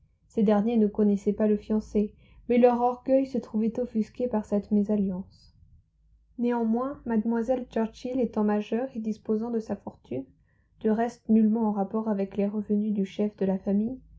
ces derniers ne connaissaient pas le fiancé mais leur orgueil se trouvait offusqué par cette mésalliance néanmoins mlle churchill étant majeure et disposant de sa fortune du reste nullement en rapport avec les revenus du chef de